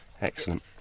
Excellent